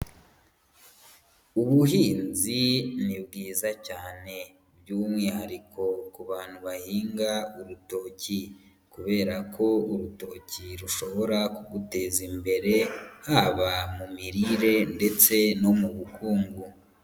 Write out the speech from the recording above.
Ubuhinzi ni bwiza cyane, by'umwihariko ku bantu bahinga urutoki, kubera ko urutoki rushobora kuguteza imbere haba mu mirire ndetse no mu bukungu.